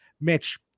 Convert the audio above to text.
Mitch